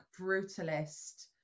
brutalist